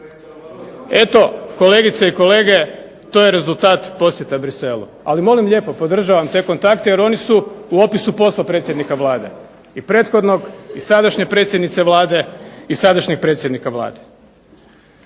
Eto, kolegice i kolege, to je rezultat posjeta Bruxellesu. Ali molim lijepo podržavam te kontakte jer oni su u opisu posla predsjednika Vlade i prethodnog i sadašnje predsjednice Vlade i sadašnjeg predsjednika Vlade.